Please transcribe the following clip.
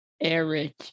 Eric